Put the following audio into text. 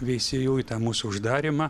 veisiejų į tą mūsų uždarymą